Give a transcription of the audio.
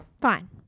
Fine